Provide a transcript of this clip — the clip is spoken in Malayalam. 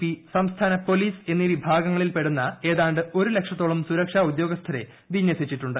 പി സംസ്ഥാന പോലീസ് എന്നീ വിഭാഗങ്ങളിൽ പെടുന്ന ഏതാണ്ട് ഒരു ലക്ഷത്തോളം സുരക്ഷാ ഉദ്യോഗസ്ഥരെ വിനൃസിച്ചിട്ടുണ്ട്